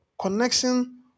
connection